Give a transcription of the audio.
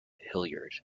hilliard